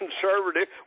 conservative